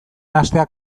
nahastea